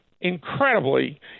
incredibly